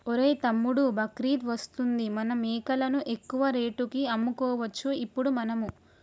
ఒరేయ్ తమ్ముడు బక్రీద్ వస్తుంది మన మేకలను ఎక్కువ రేటుకి అమ్ముకోవచ్చు ఇప్పుడు మనము